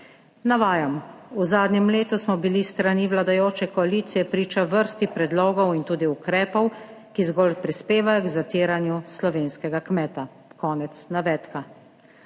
Navajam, »v zadnjem letu smo bili s strani vladajoče koalicije priča vrsti predlogov in tudi ukrepov, ki zgolj prispevajo k zatiranju slovenskega kmeta«, konec navedka.